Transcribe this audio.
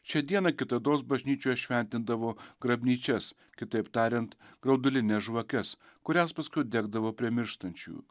šiai dienai kitados bažnyčioje šventindavo grabnyčias kitaip tariant graudulines žvakes kurias paskui degdavo prie mirštančiųjų